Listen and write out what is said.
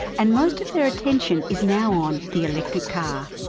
and most of their attention is now on the electric car.